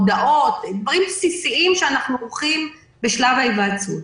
הודעות דברים בסיסיים שאנחנו עורכים בשלב ההיוועצות.